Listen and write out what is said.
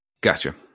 Gotcha